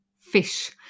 fish